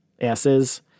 asses